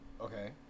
okay